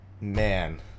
Man